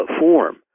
form